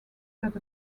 that